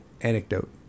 anecdote